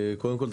קודם כל,